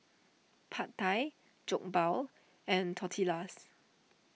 Pad Thai Jokbal and Tortillas